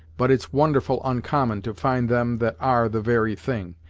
but it's wonderful oncommon to find them that are the very thing,